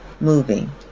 moving